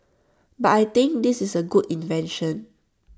but I think this is A good invention